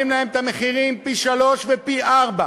להם את המחירים פי-שלושה ופי-ארבעה,